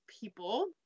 people